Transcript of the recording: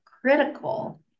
critical